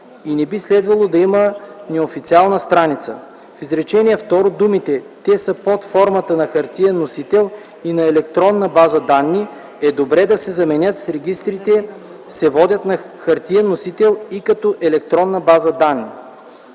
и не би следвало да има неофициална страница. В изречение второ думите „Те са под формата на хартиен носител и на електронна база данни” е добре да се заменят с „Регистрите се водят на хартиен носител и като електронна база данни”.